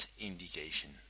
indication